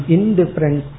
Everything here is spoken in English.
Indifferent